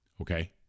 Okay